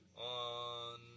on